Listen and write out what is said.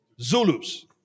Zulus